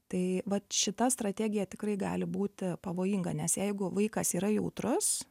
tai vat šita strategija tikrai gali būti pavojinga nes jeigu vaikas yra jautrus